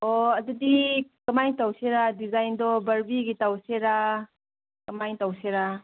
ꯑꯣ ꯑꯗꯨꯗꯤ ꯀꯃꯥꯏꯅ ꯇꯧꯁꯤꯔ ꯗꯤꯖꯥꯏꯟꯗꯣ ꯕꯔꯕꯤꯒꯤ ꯇꯧꯁꯤꯔ ꯀꯃꯥꯏꯅ ꯇꯧꯁꯤꯔ